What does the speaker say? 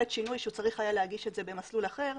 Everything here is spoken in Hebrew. שינוי שהיה צריך להגיש אותו במסלול אחר.